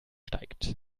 steigt